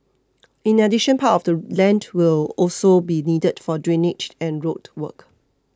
in addition part of the land will also be needed for drainage and road work